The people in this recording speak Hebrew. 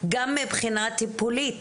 גם מבחינה טיפולית.